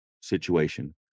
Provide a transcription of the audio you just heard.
situation